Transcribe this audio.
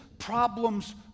problems